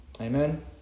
Amen